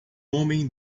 homem